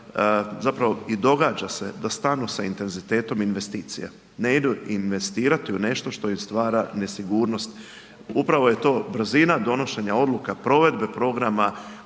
zapravo i događa se, da stanu s intenzitetom investicija. Ne idu investirati u nešto što im stvara nesigurnost. Upravo je to brzina donošenja odluka, provedbe programa